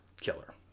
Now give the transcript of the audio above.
Killer